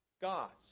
gods